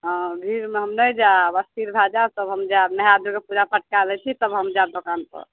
हँ भीड़मे हम नहि जायब अस्थिर भए जायब तब हम जायब नहाय धोइके पूजा पाठ कए लै छी तब हम जायब दोकानपर